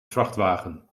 vrachtwagen